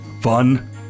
Fun